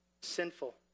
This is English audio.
sinful